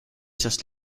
seast